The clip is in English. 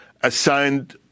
assigned